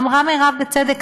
אמרה מירב בצדק,